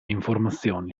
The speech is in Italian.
informazioni